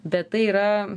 bet tai yra